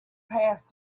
passed